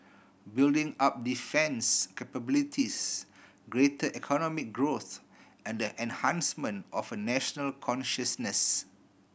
building up defence capabilities greater economic growth and the enhancement of a national consciousness